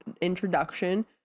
introduction